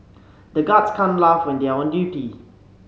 the guards can't laugh when they are on duty